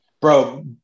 bro